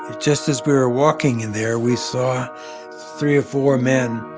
just as we're walking in there, we saw three or four men.